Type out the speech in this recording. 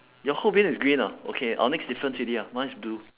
your whole bin is green ah okay our next difference already ah mine is blue